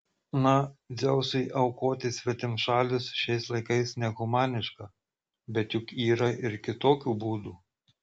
na dzeusui aukoti svetimšalius šiais laikais nehumaniška bet juk yra ir kitokių būdų